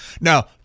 Now